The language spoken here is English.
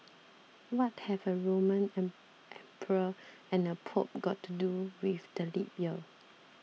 what have a Roman emperor and a Pope got to do with the leap year